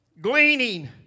gleaning